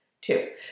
two